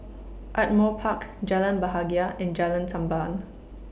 Ardmore Park Jalan Bahagia and Jalan Tamban